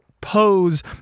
pose